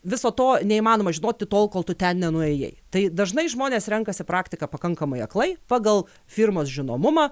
viso to neįmanoma žinoti tol kol tu ten nenuėjai tai dažnai žmonės renkasi praktiką pakankamai aklai pagal firmos žinomumą